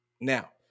Now